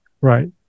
Right